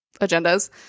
agendas